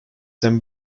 them